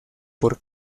por